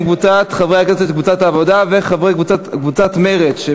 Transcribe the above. להלן: קבוצת סיעת העבודה, ושל קבוצת סיעת מרצ: